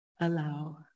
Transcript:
Allow